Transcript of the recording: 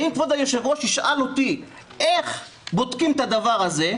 ואם כבוד היושב-ראש ישאל אותי איך בודקים את הדבר הזה,